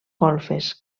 golfes